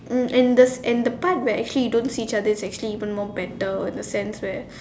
mm and and the part where actually don't see each other is even more better in the sense where